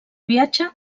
viatge